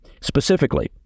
specifically